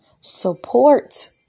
Support